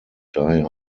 daher